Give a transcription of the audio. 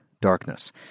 darkness